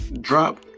Drop